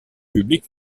public